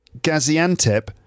Gaziantep